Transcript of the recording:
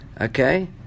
Okay